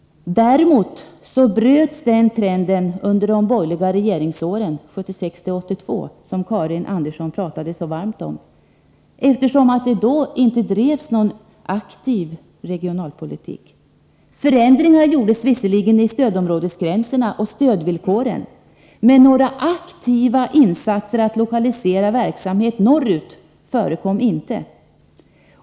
Denna trend bröts under de borgerliga regeringsåren 1976-1982, som Karin Andersson pratade så varmt om, eftersom det då inte drevs någon aktiv regionalpolitik. Förändringar gjordes visserligen i stödområdesgränserna och stödvillkoren, men några aktiva insatser för att lokalisera verksamhet norrut förekom inte.